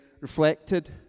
reflected